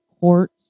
court